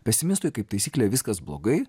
pesimistui kaip taisyklė viskas blogai